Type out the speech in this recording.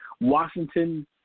Washington –